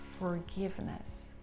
forgiveness